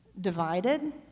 divided